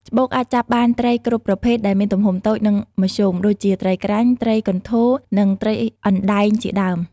ច្បូក អាចចាប់បានត្រីគ្រប់ប្រភេទដែលមានទំហំតូច និងមធ្យម ដូចជាត្រីក្រាញ់ ត្រីកន្ធរ និងត្រីអណ្ដែងជាដើម។